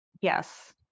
Yes